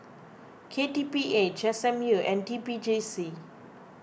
K T P H S M U and T P J C